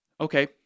Okay